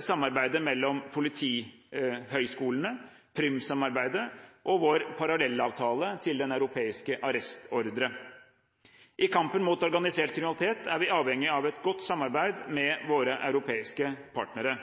samarbeidet mellom politihøyskolene, Prüm-samarbeidet og vår parallellavtale til den europeiske arrestordre. I kampen mot organisert kriminalitet er vi avhengig av et godt samarbeid med våre europeiske partnere.